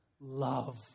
love